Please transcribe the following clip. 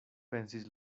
pensis